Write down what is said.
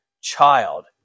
child